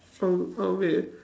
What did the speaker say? um uh wait